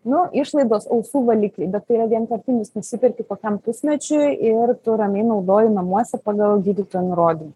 nu išlaidos ausų valikliui bet tai yra vienkartinis nusiperki kokiam pusmečiui ir tu ramiai naudoji namuose pagal gydytojo nurodym